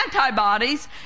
antibodies